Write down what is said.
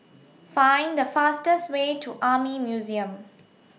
Find The fastest Way to Army Museum